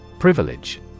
Privilege